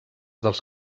dels